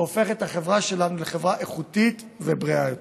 שהופך את החברה שלנו לחברה איכותית ובריאה יותר.